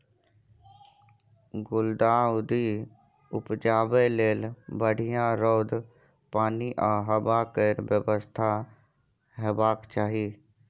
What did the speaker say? गुलदाउदी उपजाबै लेल बढ़ियाँ रौद, पानि आ हबा केर बेबस्था हेबाक चाही